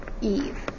Eve